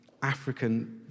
African